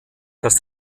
dass